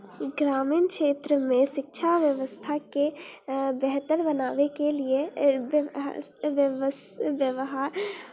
ग्रामीण क्षेत्रमे शिक्षा व्यवस्थाके बेहतर बनाबयके लिये व्यव व्यवहा